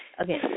Okay